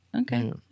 okay